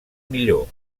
millor